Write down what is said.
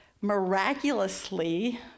miraculously